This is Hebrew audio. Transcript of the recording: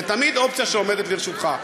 זו תמיד אופציה שעומדת לרשותך.